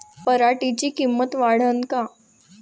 पराटीची किंमत वाढन का?